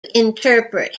interpret